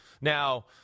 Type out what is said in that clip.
now